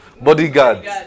bodyguards